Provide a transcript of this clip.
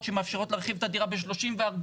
שמאפשרות להרחיב את הדירה ב-30 ו-40.